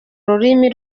rurimi